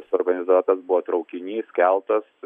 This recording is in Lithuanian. suorganizuotas buvo traukinys keltas